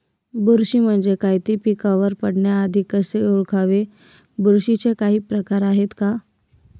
बुरशी म्हणजे काय? तो पिकावर पडण्याआधी कसे ओळखावे? बुरशीचे काही प्रकार आहेत का?